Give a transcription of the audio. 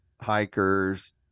hikers